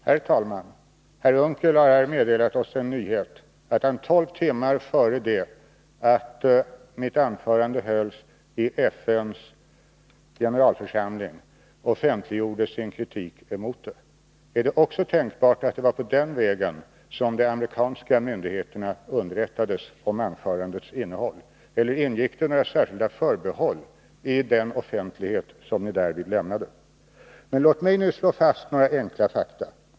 Herr talman! Per Unckel har här meddelat oss en nyhet, att han tolv timmar före det att jag höll mitt anförande i FN:s generalförsamling offentliggjorde sin kritik emot detta. Är det också tänkbart att det var på den vägen som de amerikanska myndigheterna underrättades om anförandets innehåll, eller ingick detta särskilda förbehålli den offentlighet som ni därvid lämnade? Låt mig nu slå fast några enkla fakta.